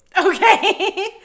Okay